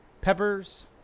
Peppers